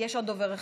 יש עוד דובר אחד.